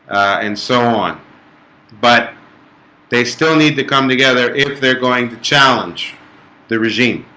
and so on but they still need to come together if they're going to challenge the regime